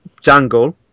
jungle